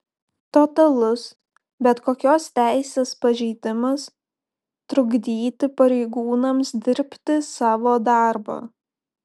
totalus bet kokios teisės pažeidimas trukdyti pareigūnams dirbti savo darbą